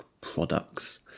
products